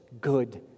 good